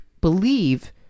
believe